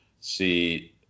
see